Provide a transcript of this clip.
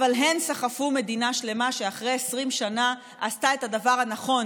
אבל הן סחפו מדינה שלמה שאחרי 20 שנה עשתה את הדבר הנכון,